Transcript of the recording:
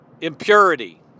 impurity